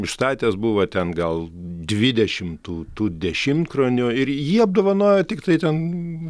užstatęs buvo ten gal dvidešimt tų tų dešimtkronių ir jį apdovanojo tiktai ten